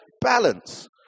balance